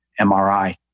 MRI